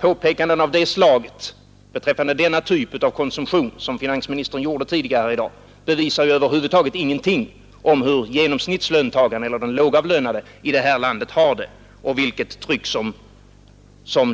Påpekanden beträffande denna typ av konsumtion som finansministern gjorde tidigare i dag bevisar över huvud taget ingenting om hur genomsnittslöntagaren eller den lågavlönade har det i detta land och vilket tryck